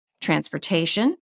transportation